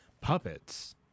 puppets